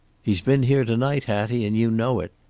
he's been here to-night, hattie, and you know it.